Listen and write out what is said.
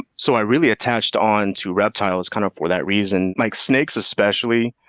so, i really attached on to reptiles kind of for that reason. like, snakes especially,